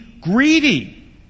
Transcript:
greedy